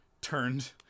turned